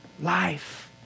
life